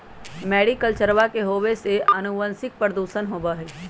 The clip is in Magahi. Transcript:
मैरीकल्चरवा के होवे से आनुवंशिक प्रदूषण बहुत होबा हई